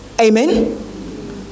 Amen